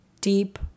deep